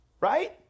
right